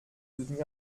soutenir